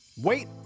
Wait